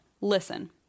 Listen